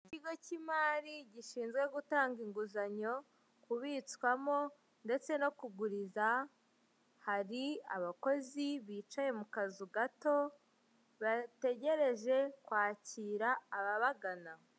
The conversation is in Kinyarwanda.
Ikigo cy'imari gishinzwe gutanga inguzanyo kubitswamo ndetse no kuguriza, hari abakozi bicaye mu kazu gato bategereje kwakira ababagana.